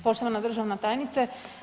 Poštovana državna tajnice.